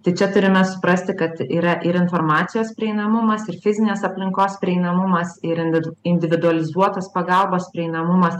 tai čia turime suprasti kad yra ir informacijos prieinamumas ir fizinės aplinkos prieinamumas ir invid individualizuotos pagalbos prieinamumas